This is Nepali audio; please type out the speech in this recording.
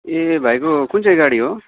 ए भाइको कुन चाहिँ गाडी हो